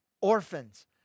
orphans